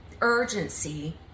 urgency